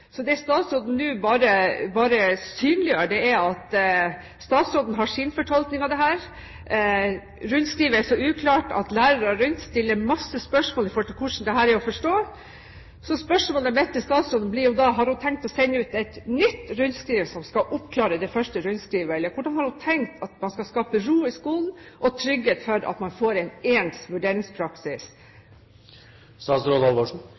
Så det statsråden nå bare synliggjør, er at statsråden har sin fortolkning av dette. Rundskrivet er så uklart at lærere rundt om stiller masse spørsmål om hvordan dette er å forstå. Så spørsmålet mitt blir da: Har statsråden tenkt å sende ut et nytt rundskriv som skal oppklare det første rundskrivet, eller hvordan har hun tenkt at man skal skape ro i skolen og trygghet for at man får en ens